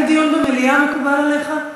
האם דיון במליאה מקובל עליך?